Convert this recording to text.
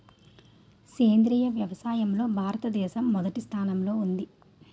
సేంద్రీయ వ్యవసాయంలో భారతదేశం మొదటి స్థానంలో ఉంది